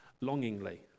longingly